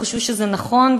שהם חשבו שזה נכון,